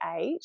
eight